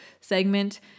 segment